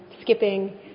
skipping